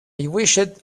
wished